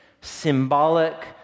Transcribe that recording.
symbolic